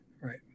right